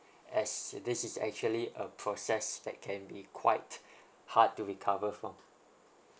as this is actually a process that can be quite hard to recover from